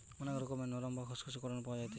অনেক রকমের নরম, বা খসখসে কটন পাওয়া যাইতেছি